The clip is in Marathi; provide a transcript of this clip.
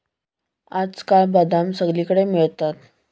आजकाल बदाम सगळीकडे मिळतात